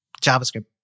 JavaScript